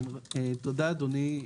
תודה, אדוני.